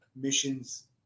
missions